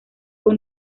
con